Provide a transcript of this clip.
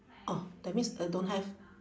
oh that means uh don't have